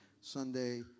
Sunday